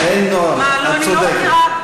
אין נוהל, את צודקת.